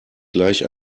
gleich